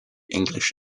english